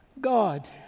God